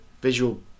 visual